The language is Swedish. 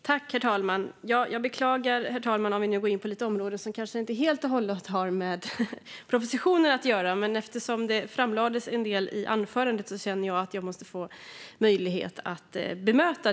Herr talman! Jag beklagar om jag går in på sådant som inte helt och hållet har med propositionen att göra, men jag måste få bemöta en del av det som påstods i anförandet.